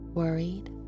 worried